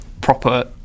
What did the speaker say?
proper